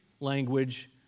language